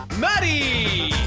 maddie!